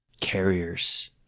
carriers